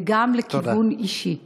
וגם לכיוון אישי.